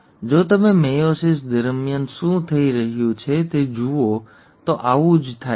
જો તમે મેયોસિસ દરમિયાન શું થઈ રહ્યું છે તે જુઓ તો આવું જ થાય છે